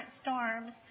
storms